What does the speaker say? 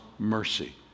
mercy